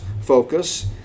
focus